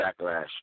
backlash